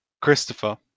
Christopher